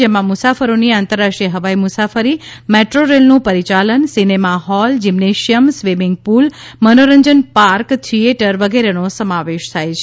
જેમાં મુસાફરોની આંતરરાષ્ટ્રીય હવાઈ મુસાફરી મેટ્રો રેલનું પરિયાલન cinema hall gymnasium swimming pool મનોરંજન પાર્ક થિયેટર વગેરેનો સમાવેશ થાય છે